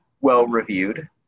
well-reviewed